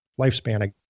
lifespan